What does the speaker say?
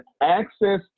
access